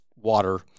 Water